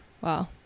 Wow